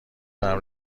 کنم